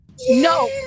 No